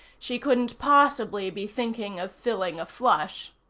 she couldn't possibly be thinking of filling a flush.